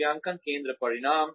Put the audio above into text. मूल्यांकन केंद्र परिणाम